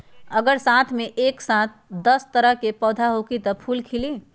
अगर बाग मे एक साथ दस तरह के पौधा होखि त का फुल खिली?